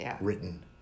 written